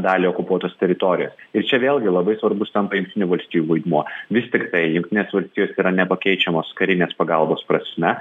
dalį okupuotos teritorijos ir čia vėlgi labai svarbus tampa jungtinių valstijų vaidmuo vis tiktai jungtinėsvalstijos yra nepakeičiamos karinės pagalbos prasme